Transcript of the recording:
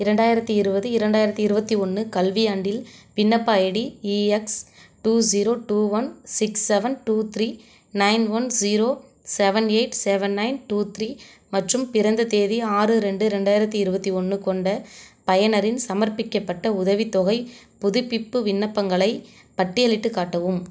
இரண்டாயிரத்து இருபது இரண்டாயிரத்து இருபத்தி ஒன்று கல்வியாண்டில் விண்ணப்ப ID EX two zero two one six seven two three nine one zero seven eight seven nine two three மற்றும் பிறந்த தேதி ஆறு ரெண்டு இரண்டாயிரத்து இருபத்தி ஒன்று கொண்ட பயனரின் சமர்ப்பிக்கப்பட்ட உதவித்தொகை புதுப்பிப்பு விண்ணப்பங்களை பட்டியலிட்டுக் காட்டவும்